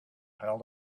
held